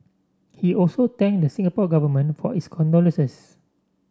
he also thank the Singapore Government for its condolences